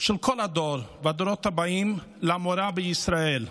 של כל הדור והדורות הבאים למורה בישראל,